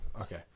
Okay